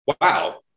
wow